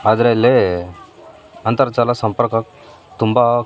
ಆದರೆ ಇಲ್ಲಿ ಅಂತರ್ಜಾಲ ಸಂಪರ್ಕ ತುಂಬ